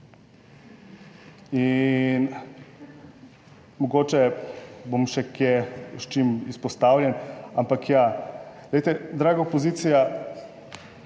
In mogoče bom še kje s čim izpostavljen, ampak ja, glejte, draga opozicija,